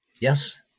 Yes